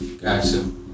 gotcha